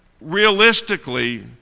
realistically